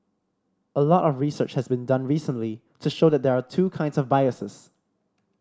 a lot of research has been done recently to show that there are two kinds of biases